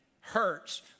hurts